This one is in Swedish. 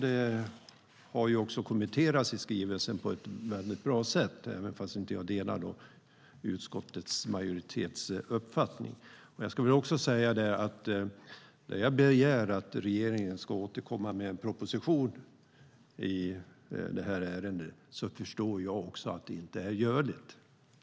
Det har kommenterats i skrivelsen på ett bra sätt, även om jag inte delar utskottets majoritetsuppfattning. Jag ska också säga att när jag begär att regeringen ska återkomma med en proposition i det här ärendet förstår jag att det inte är görligt.